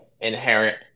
inherent